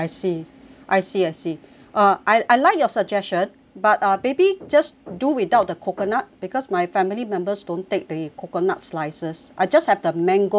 I see I see uh I I like your suggestion but uh maybe just do without the coconut because my family members don't take the coconut slices I just have the mango will do